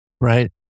right